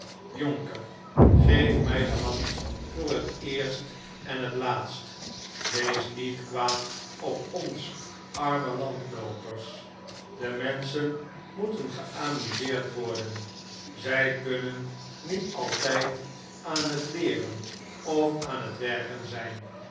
jonker geef mij de hand voor het eerst en het laatst wees niet kwaad op ons arme landloopers de menschen moeten geamuseerd worden zij kunnen niet altijd aan het leeren of aan het werken zijn